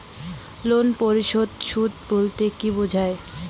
Loan পরিশোধের সূএ বলতে কি বোঝায়?